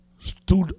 Stood